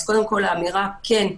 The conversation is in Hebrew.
אז קודם כל יש אמירה: כן,